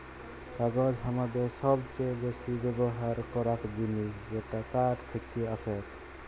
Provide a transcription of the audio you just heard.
কাগজ হামাদের সবচে বেসি ব্যবহার করাক জিনিস যেটা কাঠ থেক্কে আসেক